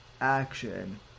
action